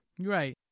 Right